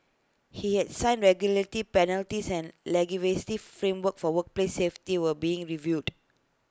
he had signed penalties and framework for workplace safety were being reviewed